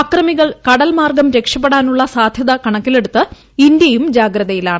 ആക്രമികൾ കടൽമാർഗ്ഗം രക്ഷപ്പെടാനുള്ള സാധൃത കണക്കിലെടുത്ത് ഇന്തൃയും ജാഗ്രതയിലാണ്